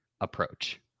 approach